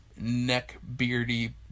neck-beardy